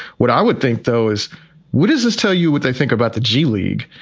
what i would think, though, is what does this tell you what they think about the g league?